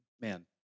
man